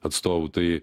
atstovu tai